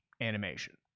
animation